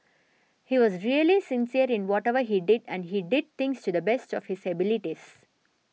he was really sincere in whatever he did and he did things to the best of his abilities